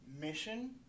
mission